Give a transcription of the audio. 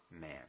man